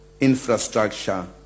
infrastructure